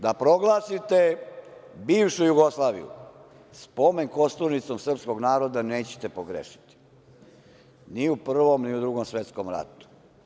Da proglasite bivšu Jugoslaviju spomen kosturnicom srpskog naroda, nećete pogrešiti, ni u Prvom, ni u Drugom svetskom ratu.